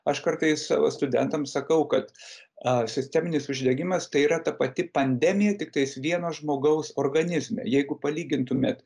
aš kartais savo studentams sakau kad a sisteminis uždegimas tai yra ta pati pandemija tiktais vieno žmogaus organizme jeigu palygintumėt